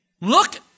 look